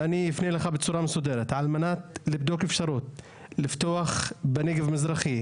אני אפנה אליך בצורה מסודרת על מנת לבדוק אפשרות לפתוח בנגב המזרחי,